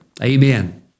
Amen